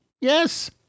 yes